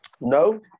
No